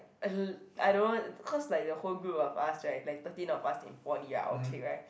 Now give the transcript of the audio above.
uh I don't know cause like the whole group of us right like thirteen of us in poly ah our clique right